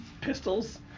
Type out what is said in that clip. pistols